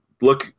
look